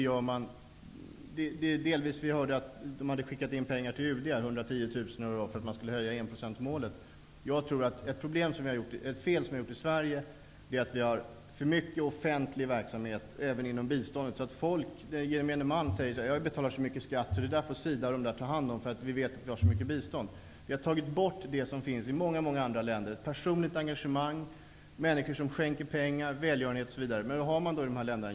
Vi hörde att man hade skickat in pengar till UD, 110 000 tror jag det var, för att Sverige skall kunna nå 1-procentsmålet. Ett fel vi har begått i Sverige är att vi även inom biståndet har för mycket offentlig verksamhet. Gemene man tycker att han eller hon betalar så mycket skatt att SIDA får ta hand om biståndet. Vi har tagit bort förutsättningarna för det personliga engagemang och den välgörenhet som finns i många andra länder. Varför finns det sådant i dessa andra länder?